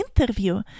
interview